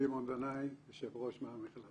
שמעון דנאי, יושב ראש מועצת